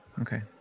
Okay